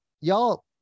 y'all